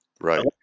Right